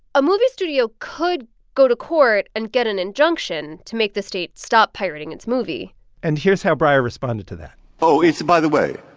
a movie studio could go to court and get an injunction to make the state stop pirating its movie and here's how breyer responded to that oh, it's by the way,